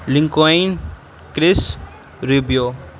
lincoln chris review